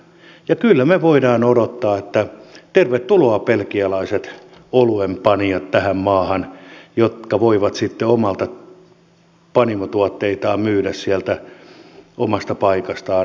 ja kyllä me voimme odottaa että tervetuloa tähän maahan belgialaiset oluenpanijat jotka voivat sitten omia panimotuotteitaan myydä sieltä omasta paikastaan